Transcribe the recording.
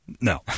no